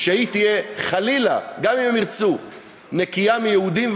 תהיה, חלילה, גם אם הם ירצו, נקייה מיהודים.